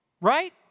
right